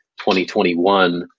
2021